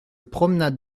promenade